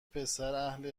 پسراهل